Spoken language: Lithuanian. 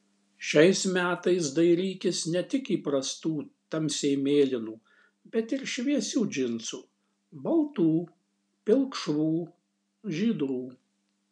šiais metais dairykis ne tik įprastų tamsiai mėlynų bet ir šviesių džinsų baltų pilkšvų žydrų